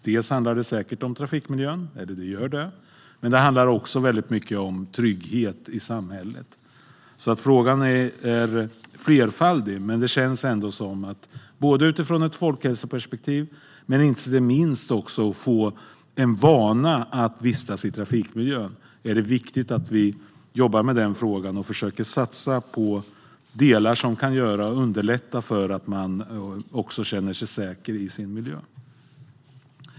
Dels handlar det om trafikmiljön, dels handlar det om trygghet i samhället. Frågan är alltså flerdelad. Folkhälsoperspektivet är en aspekt och en annan är att det är viktigt att få en vana att vistas i trafikmiljön. Det är viktigt att vi jobbar med den här frågan och försöker satsa på delar som kan underlätta så att man också känner sig säker i sin miljö.